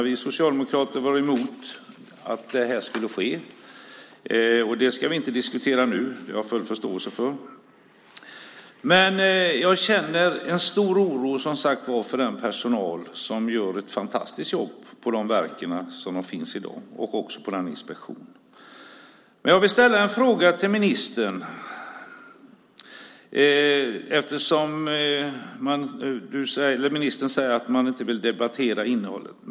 Vi socialdemokrater var emot att detta skulle ske, och det ska vi inte diskutera nu. Det har jag full förståelse för. Men jag känner, som sagt var, en stor oro för den personal som gör ett fantastiskt jobb på de verk där de arbetar i dag, och det gäller också inspektionen. Jag vill ställa en fråga till ministern. Ministern säger att hon inte vill debattera innehållet.